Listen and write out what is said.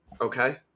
Okay